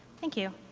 thank you.